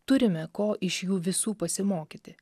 turime ko iš jų visų pasimokyti